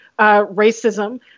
racism